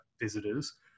visitors